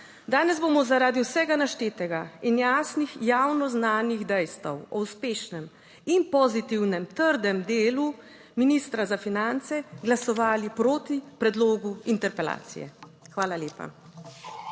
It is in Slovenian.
Danes bomo zaradi vsega naštetega in jasnih javno znanih dejstev o uspešnem in pozitivnem trdem delu ministra za finance glasovali proti predlogu interpelacije. Hvala lepa.